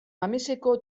mameseko